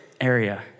area